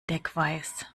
deckweiß